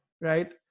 right